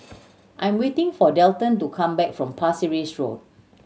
I am waiting for Dalton to come back from Pasir Ris Road